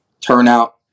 turnout